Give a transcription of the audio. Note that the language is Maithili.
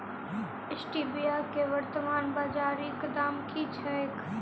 स्टीबिया केँ वर्तमान बाजारीक दाम की छैक?